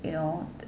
you know